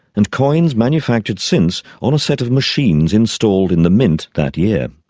and coins manufactured since on a set of machines installed in the mint that year.